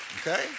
Okay